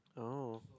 oh